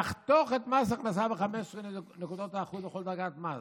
נחתוך את מס ההכנסה ב-15 נקודות האחוז בכל דרגת מס.